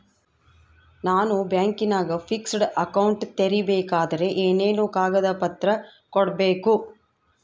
ನಾನು ಬ್ಯಾಂಕಿನಾಗ fixed account ತೆರಿಬೇಕಾದರೆ ಏನೇನು ಕಾಗದ ಪತ್ರ ಕೊಡ್ಬೇಕು?